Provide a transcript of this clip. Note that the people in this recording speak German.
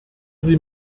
sie